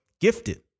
gifted